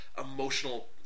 Emotional